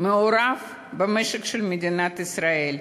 מעורב במשק של מדינת ישראל,